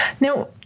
Now